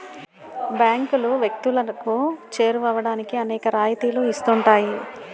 బ్యాంకులు వ్యక్తులకు చేరువవడానికి అనేక రాయితీలు ఇస్తుంటాయి